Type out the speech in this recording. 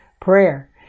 prayer